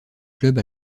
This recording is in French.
club